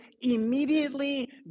immediately